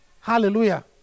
Hallelujah